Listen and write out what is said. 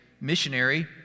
missionary